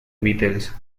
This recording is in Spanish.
beatles